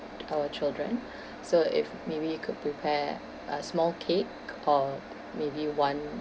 our children so if maybe you could prepare a small cake or maybe one